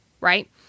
right